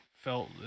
felt